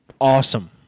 Awesome